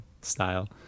style